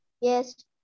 Yes